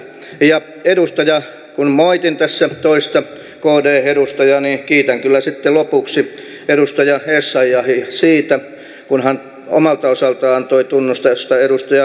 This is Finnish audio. ja kun moitin tässä toista kd edustajaa niin kiitän kyllä sitten lopuksi edustaja essayahia siitä kun hän omalta osaltaan antoi tunnustusta edustaja myllykoskelle